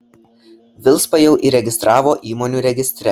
vilspą jau įregistravo įmonių registre